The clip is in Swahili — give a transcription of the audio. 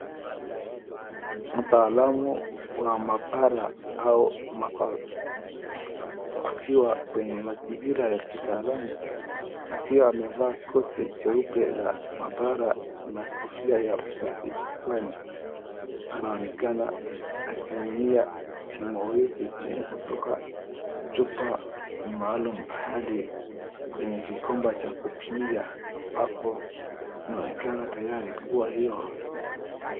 Mtaalamu wa maabara au maabara akiwa kwenye mazingira ya kitaalamu akiwa amevaa koti jeupe la maabara na kofia ya usafi kichwani, anaonekana akimiminia kiyowevu kutoka chupa maalum hadi kwenye kikombe cha kupimia hapo inaonekana tayari kuwa hiyo.